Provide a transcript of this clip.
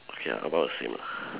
okay ah about the same lah